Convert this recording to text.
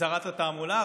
לשרת התעמולה.